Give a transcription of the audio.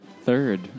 Third